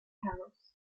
house